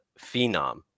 phenom